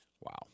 wow